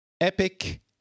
Epic